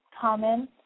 common